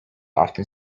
often